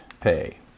pay